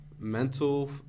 mental